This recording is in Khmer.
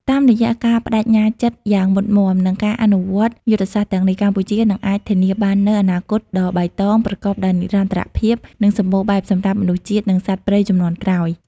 តាមរយៈការប្តេជ្ញាចិត្តយ៉ាងមុតមាំ និងការអនុវត្តយុទ្ធសាស្ត្រទាំងនេះ កម្ពុជានឹងអាចធានាបាននូវអនាគតដ៏បៃតង ប្រកបដោយនិរន្តរភាព និងសម្បូរបែបសម្រាប់មនុស្សជាតិ និងសត្វព្រៃជំនាន់ក្រោយ។